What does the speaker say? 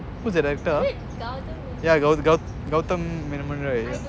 who's the director ah yeah yeah Gautham Gautham மேனன்:gavtham gavtham menan right